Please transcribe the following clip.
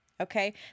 Okay